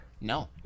No